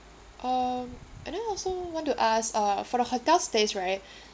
um and then also want to ask uh for hotel stays right